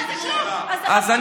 חשמל זה כלום,